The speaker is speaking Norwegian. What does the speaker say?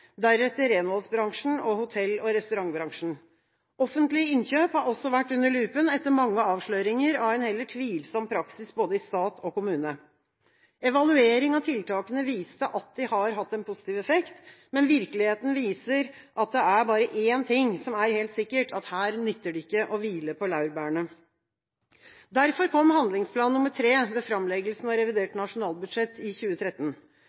deretter mot renholdsbransjen og hotell- og restaurantbransjen. Offentlige innkjøp har også vært under lupen etter mange avsløringer av en heller tvilsom praksis i både stat og kommune. Evaluering av tiltakene viste at de har hatt en positiv effekt, men virkeligheten viser at det er bare én ting som er helt sikkert: Her nytter det ikke å hvile på sine laurbær. Derfor kom handlingsplan nr. 3 ved framleggelsen av revidert nasjonalbudsjett i 2013.